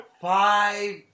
Five